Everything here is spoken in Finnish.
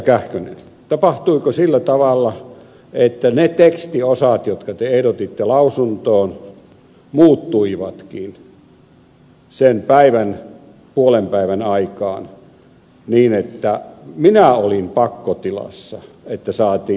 kähkönen tapahtuiko sillä tavalla että ne tekstiosat jotka te ehdotitte lausuntoon muuttuivatkin sen päivän puolenpäivän aikaan niin että minä olin pakkotilassa että saati